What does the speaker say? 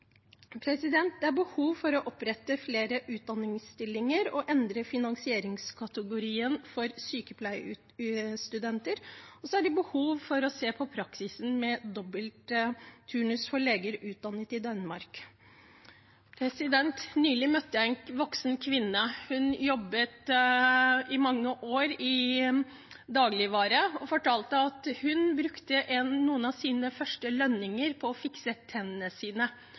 Det er behov for å opprette flere utdanningsstillinger og endre finansieringskategorien for sykepleierstudenter, og det er behov for å se på praksisen med dobbeltturnus for leger utdannet i Danmark. Nylig møtte jeg en voksen kvinne. Hun jobbet i mange år i dagligvare og fortalte at hun brukte noen av sine første lønninger på å fikse tennene sine.